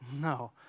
no